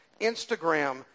Instagram